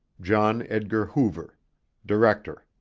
john edgar hoover director